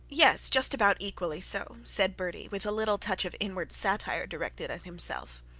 yes, just about equally so said bertie with a little touch of inward satire directed at himself.